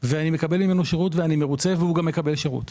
ואני מקבל ממנו שירות ואני מרוצה וגם הוא מקבל שירות.